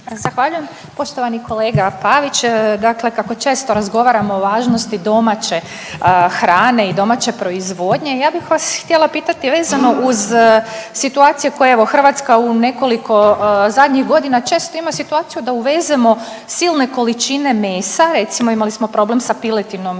(DP)** Poštovani kolega Pavić. Dakle kako često razgovaramo o važnosti domaće hrane i domaće proizvodnje ja bih vas htjela pitati vezano uz situacije koje evo Hrvatska u nekoliko zadnjih godina često ima situaciju da uvezemo silne količine mesa, recimo imali smo problem sa piletinom